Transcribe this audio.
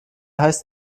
heißt